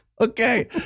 Okay